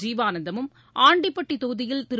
ஜீவானந்தமும் ஆண்டிப்பட்டி தொகுதியில் திரு